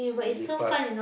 really fast